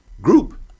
group